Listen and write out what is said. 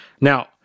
Now